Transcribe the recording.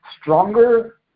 stronger